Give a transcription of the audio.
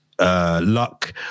luck